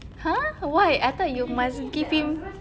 !huh! why I thought you must give him